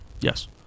Yes